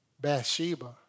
Bathsheba